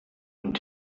und